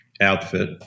outfit